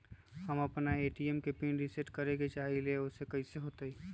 हम अपना ए.टी.एम के पिन रिसेट करे के चाहईले उ कईसे होतई?